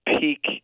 peak –